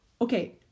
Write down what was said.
Okay